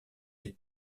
est